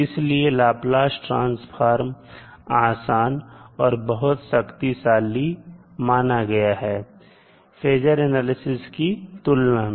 इसलिए Laplace transform आसान और बहुत शक्तिशाली माना गया है फेजर एनालिसिस की तुलना में